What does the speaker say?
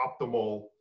optimal